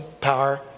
power